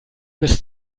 bis